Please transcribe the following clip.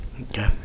okay